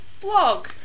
blog